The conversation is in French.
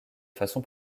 façon